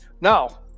Now